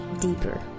deeper